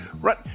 right